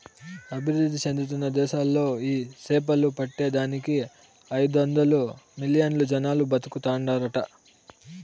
అభివృద్ధి చెందుతున్న దేశాలలో ఈ సేపలు పట్టే దానికి ఐదొందలు మిలియన్లు జనాలు బతుకుతాండారట